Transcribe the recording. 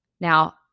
Now